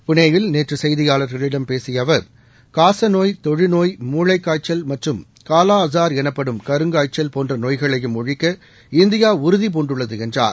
புனேயில் நேற்று செய்தியாளர்களிடம் பேசிய அவர் காசநோய் தொழுநோய் மூளைக்காய்ச்சல் மற்றும் காலா அஸார் எனப்படும் கருங்காய்ச்சல் போன்ற நோய்களையும் ஒழிக்க இந்தியா உறுதிபூண்டுள்ளது என்றார்